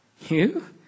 You